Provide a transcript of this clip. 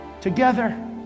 Together